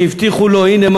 שהבטיחו לו: הנה,